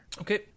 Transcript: Okay